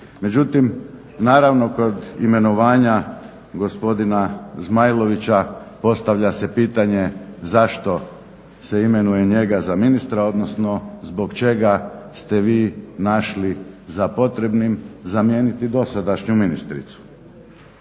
Međutim, naravno kod imenovanja gospodina Zmajlovića postavlja se pitanje zašto se imenuje njega za ministra, odnosno zbog čega ste vi našli za potrebnim zamijeniti dosadašnju ministricu?